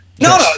No